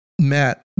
Matt